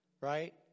right